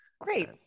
Great